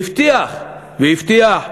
הבטיח והבטיח,